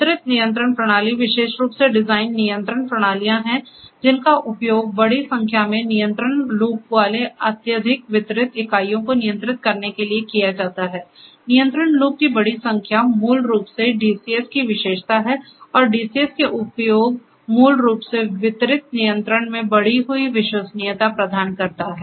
वितरित नियंत्रण प्रणाली विशेष रूप से डिज़ाइन नियंत्रण प्रणालियाँ हैं जिनका उपयोग बड़ी संख्या में नियंत्रण लूप वाले अत्यधिक वितरित इकाइयों को नियंत्रित करने के लिए किया जाता है नियंत्रण लूप की बड़ी संख्या मूल रूप से डीसीएस की विशेषता है और डीसीएस के उपयोग मूल रूप से वितरित नियंत्रण में बढ़ी हुई विश्वसनीयता प्रदान करता है